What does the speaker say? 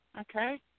Okay